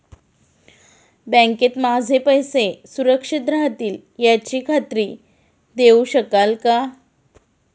बँकेत माझे पैसे सुरक्षित राहतील याची खात्री देऊ शकाल का?